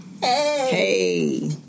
Hey